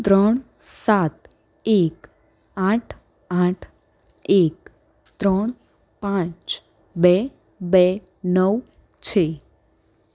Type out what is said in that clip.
ત્રણ સાત એક આઠ આઠ એક ત્રણ પાંચ બે બે નવ છે